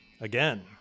again